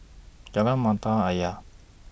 Jalan Mata Ayer